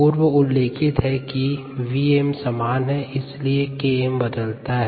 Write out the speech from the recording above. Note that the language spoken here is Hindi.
पूर्व उल्लेखित है कि Vm समान है इसलिए Km बदलता है